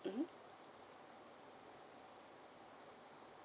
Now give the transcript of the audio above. mm